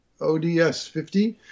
ODS-50